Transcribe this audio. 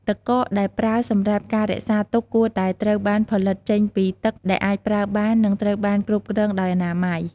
ទឹកកកដែលប្រើសម្រាប់ការរក្សាទុកគួរតែត្រូវបានផលិតចេញពីទឹកដែលអាចប្រើបាន និងត្រូវបានគ្រប់គ្រងដោយអនាម័យ។